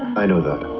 i know that.